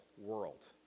world